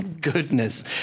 Goodness